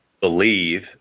believe